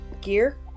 gear